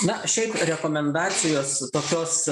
na šiaip rekomendacijos tokios